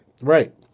Right